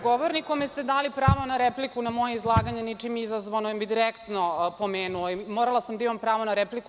Govornik kome ste dali pravo na repliku, na moje izlaganje ničim izazvano jer me je direktno pomenuo i morala sam da imam pravo na repliku.